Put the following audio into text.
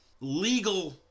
legal